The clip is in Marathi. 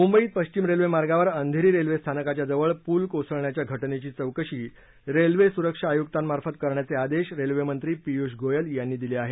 मुंबईत पश्चिम रेल्वे मार्गावर अंधेरी रेल्वे स्थानकाच्या जवळ पूल कोसळण्याच्या घटनेची चौकशी रेल्वे सुरक्षा आयुक्तांमार्फत करण्याचे आदेश रेल्वेमंत्री पियुष गोयल यांनी दिले आहेत